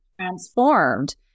transformed